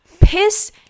piss